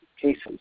cases